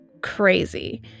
crazy